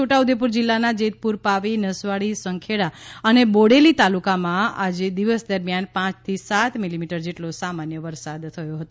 છોટા ઉદેપુર જીલ્લાના જેતપુર પાવી નસવાડી સંખેડા અને બોડેલી તાલુકામાં આજે દિવસ દરમિયાન પાંચથી સાત મીલીમીટર જેટલો સામાન્ય વરસાદ થયો છે